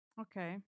Okay